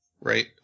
right